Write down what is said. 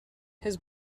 his